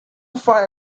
far